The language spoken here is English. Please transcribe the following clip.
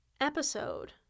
episode